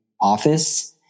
office